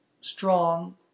strong